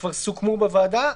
שכבר סוכמו בוועדה.